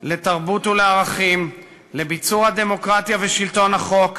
לתרבות ולערכים; ביצור הדמוקרטיה ושלטון החוק,